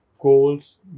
goals